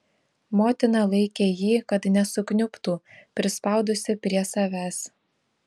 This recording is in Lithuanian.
motina laikė jį kad nesukniubtų prispaudusi prie savęs